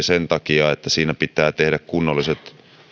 sen takia että siinä pitää tehdä myös kunnolliset